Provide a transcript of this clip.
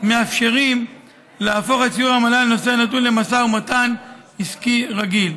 מאפשרים להפוך את שיעור העמלה לנושא הנתון למשא ומתן עסקי רגיל.